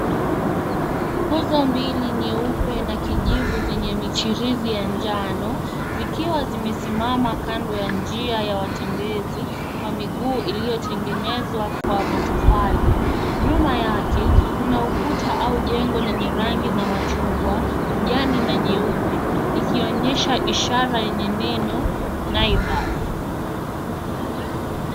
Nguzo mbili nyeupe na kijivu zenye michirizi ya njano zikiwa zimesimama kando ya njia ya watembezi kwa miguu iliyotengenezwa kwa matofali. Nyuma yake kuna ukuta au jengo lenye rangi za machungwa, kijani na nyeupe likionyesha ishara yenye neno Naivas.